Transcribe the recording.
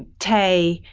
tay,